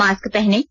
mask पहनें